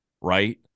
Right